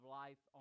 life